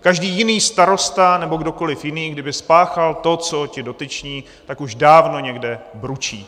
Každý jiný starosta nebo kdokoliv jiný kdyby spáchal to, co ti dotyční, tak už dávno někde bručí!